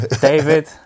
David